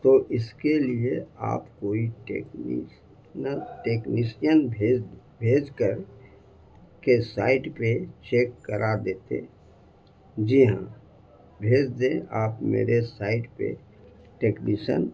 تو اس کے لیے آپ کوئی ٹیکنیسین بھیج بھیج کر کے سائٹ پہ چیک کرا دیتے جی ہاں بھیج دیں آپ میرے سائٹ پہ ٹیکنیسن